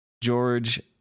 George